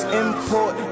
import